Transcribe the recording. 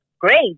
great